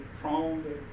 prone